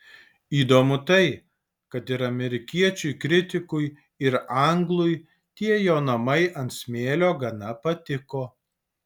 įdomu tai kad ir amerikiečiui kritikui ir anglui tie jo namai ant smėlio gana patiko